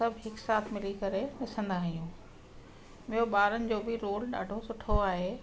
सभु हिकु साथ मिली करे ॾिसंदा आहियूं ॿियो ॿारनि जो बि रोल ॾाढो सुठो आहे